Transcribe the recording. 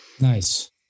Nice